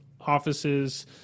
offices